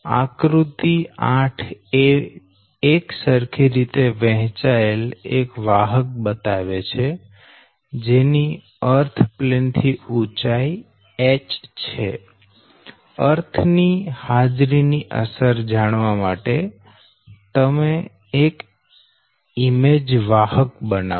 આકૃતિ 8 એકસરખી રીતે વહેંચાયેલ એક વાહક બતાવે છે જેની અર્થ પ્લેન થી ઉંચાઈ h છે અર્થ ની હાજરી ની અસર જાણવા માટે તમે એક ઈમેજ વાહક બનાવો